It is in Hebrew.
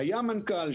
שהיה מנכ"ל,